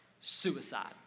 Suicide